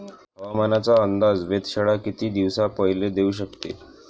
हवामानाचा अंदाज वेधशाळा किती दिवसा पयले देऊ शकते?